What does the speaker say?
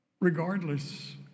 Regardless